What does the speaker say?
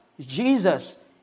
Jesus